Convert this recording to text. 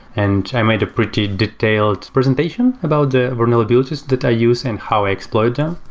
and i made a pretty detailed presentation about the vulnerabilities that i use and how i exploit them.